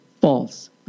false